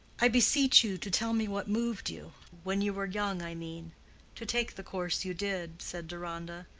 i beseech you to tell me what moved you when you were young, i mean to take the course you did, said deronda,